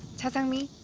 cha sang-mi,